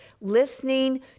listening